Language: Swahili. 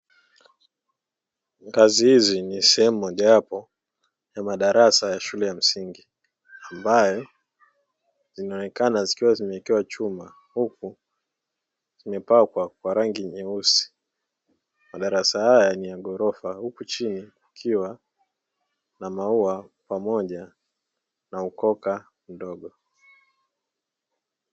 Ngazi hizi ni sehemu moja wapo ya madarasa ya shule ya msingi, ambazo zinaonekana zikiwa zimewekewa chuma, huku zimepakwa kwa rangi nyeusi. Madarasa haya ni ya ghorofa, huku chini kukiwa na maua pamoja na ukoka mdogo.